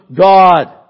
God